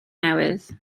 newydd